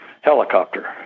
helicopter